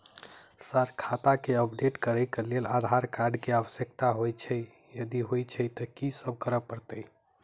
Sir खाता केँ update करऽ लेल आधार कार्ड केँ आवश्यकता होइ छैय यदि होइ छैथ की सब करैपरतैय?